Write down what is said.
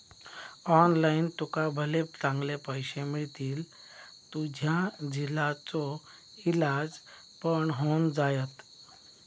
online तुका भले चांगले पैशे मिळतील, तुझ्या झिलाचो इलाज पण होऊन जायत